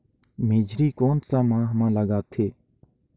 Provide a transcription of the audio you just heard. मेझरी कोन सा माह मां लगथे